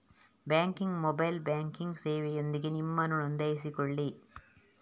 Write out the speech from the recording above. ಬ್ಯಾಂಕಿನ mobile banking ಸೇವೆಯೊಂದಿಗೆ ನಿಮ್ಮನ್ನು ನೋಂದಾಯಿಸಿಕೊಳ್ಳಿ